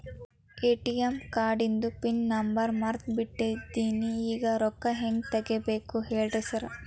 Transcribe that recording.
ATM ಕಾರ್ಡಿಂದು pin number ಮರ್ತ್ ಬಿಟ್ಟಿದೇನಿ ಈಗ ರೊಕ್ಕಾ ಹೆಂಗ್ ತೆಗೆಬೇಕು ಹೇಳ್ರಿ ಸಾರ್